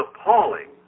appalling